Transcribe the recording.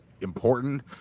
important